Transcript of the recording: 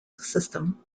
system